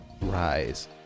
rise